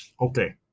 okay